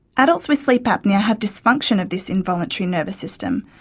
adults with sleep apnoea have dysfunction of this involuntary nervous system,